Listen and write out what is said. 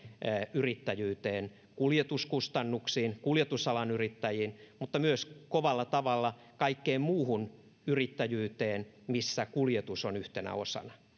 yrittäjyyteen kuljetuskustannuksiin kuljetusalan yrittäjiin mutta myös kovalla tavalla kaikkeen muuhun yrittäjyyteen missä kuljetus on yhtenä osana